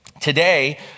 Today